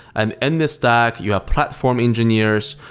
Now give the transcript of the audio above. and in this stack, you have platform engineers.